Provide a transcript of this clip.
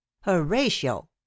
horatio